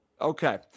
Okay